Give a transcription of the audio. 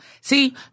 See